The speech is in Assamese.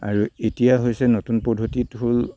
আৰু এতিয়া হৈছে নতুন পদ্ধতিত হ'ল